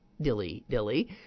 dilly-dilly